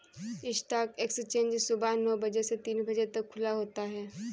stock exchange सुबह नो बजे से तीन बजे तक खुला होता है